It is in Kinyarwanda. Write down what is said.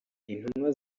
intumwa